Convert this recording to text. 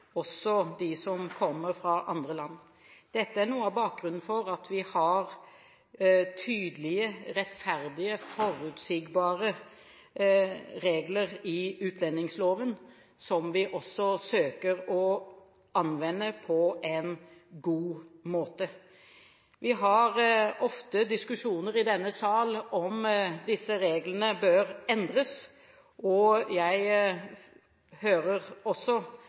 også de som kommer fra andre land. Dette er noe av bakgrunnen for at vi har tydelige, rettferdige og forutsigbare regler i utlendingsloven, som vi også søker å anvende på en god måte. Vi har ofte diskusjoner i denne sal om disse reglene bør endres, og jeg hører også